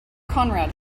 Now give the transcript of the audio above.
conrad